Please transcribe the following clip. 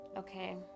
Okay